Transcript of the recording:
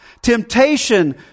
Temptation